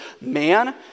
man